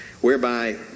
whereby